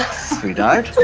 sweetheart!